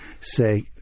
say